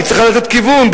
היא צריכה לתת כיוון,